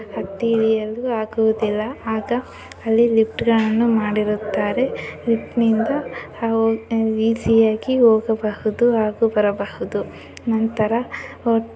ಹತ್ತಿ ಇಳಿಯಲು ಆಗುವುದಿಲ್ಲ ಆಗ ಅಲ್ಲಿ ಲಿಫ್ಟ್ಗಳನ್ನು ಮಾಡಿರುತ್ತಾರೆ ಲಿಫ್ಟ್ ನಿಂದ ಅವರು ಈಸಿಯಾಗಿ ಹೋಗಬಹುದು ಹಾಗು ಬರಬಹುದು ನಂತರ